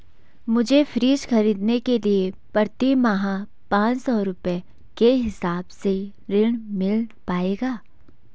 मुझे फ्रीज खरीदने के लिए प्रति माह पाँच सौ के हिसाब से ऋण मिल पाएगा?